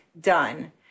done